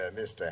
Mr